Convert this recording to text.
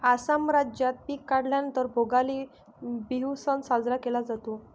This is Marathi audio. आसाम राज्यात पिक काढल्या नंतर भोगाली बिहू सण साजरा केला जातो